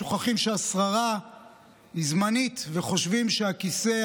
שוכחים שהשררה היא זמנית וחושבים שהכיסא,